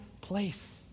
place